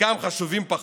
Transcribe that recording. חלקם חשובים פחות,